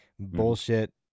bullshit